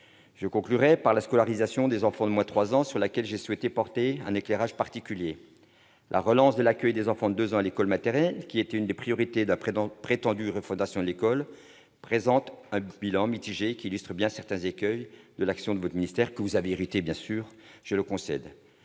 Je conclurai en évoquant la scolarisation des enfants de moins de trois ans, sur laquelle j'ai souhaité porter un éclairage particulier. La relance de l'accueil des enfants de deux ans à l'école maternelle, qui était l'une des priorités de la prétendue « refondation de l'école », présente un bilan mitigé, illustrant bien certains écueils de l'action de votre ministère, dont, je vous le concède,